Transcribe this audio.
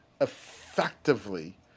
effectively